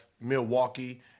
Milwaukee